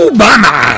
Obama